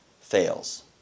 fails